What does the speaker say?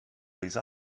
these